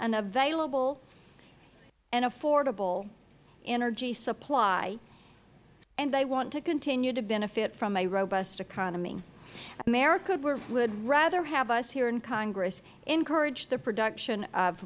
an available and affordable energy supply and they want to continue to benefit from a robust economy america would rather have us here in congress encourage the production of